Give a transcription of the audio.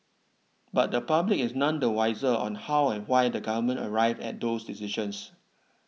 but the public is none the wiser on how and why the Government arrived at do those decisions